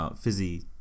Fizzy